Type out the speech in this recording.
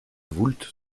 voulte